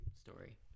story